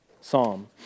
psalm